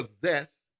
possess